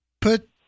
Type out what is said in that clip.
put